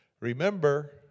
Remember